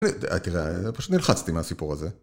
תראה תראה פשוט נלחצתי מהסיפור הזה